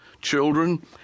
children